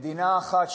מדינה אחת,